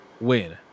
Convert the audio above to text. win